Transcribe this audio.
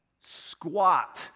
squat